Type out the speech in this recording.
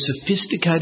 sophisticated